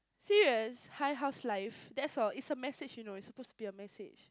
serious hi how's life that's all it's a message you know it's supposed to be a message